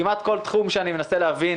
כמעט בכל תחום שאני מנסה להבין